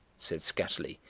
said skatterly,